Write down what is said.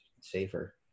safer